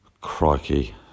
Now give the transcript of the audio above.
crikey